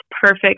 perfect